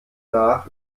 nach